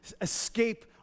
escape